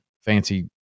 fancy